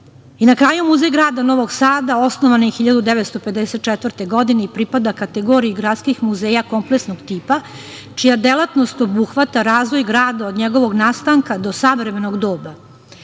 kraju, Muzej grada Novog Sada osnovan je 1954. godine i pripada kategoriji gradskih muzeja kompleksnog tipa, čija delatnost obuhvata razvoj grada od njegovog nastanka do savremenog doba.